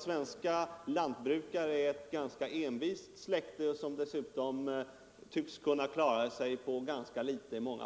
Svenska lantbrukare är dock ett rätt envist släkte, som dessutom i många — Nr 137 fall tycks kunna klara sig på ganska litet, och